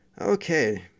Okay